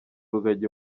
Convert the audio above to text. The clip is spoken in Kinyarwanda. rugagi